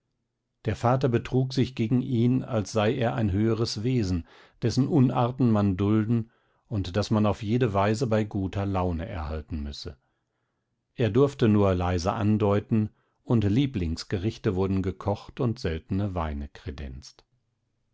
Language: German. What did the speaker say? der vater betrug sich gegen ihn als sei er ein höheres wesen dessen unarten man dulden und das man auf jede weise bei guter laune erhalten müsse er durfte nur leise andeuten und lieblingsgerichte wurden gekocht und seltene weine kredenzt